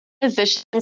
positions